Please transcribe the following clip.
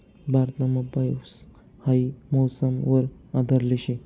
भारतमा पाऊस हाई मौसम वर आधारले शे